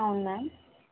అవును మ్యామ్